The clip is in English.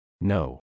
No